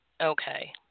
okay